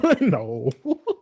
No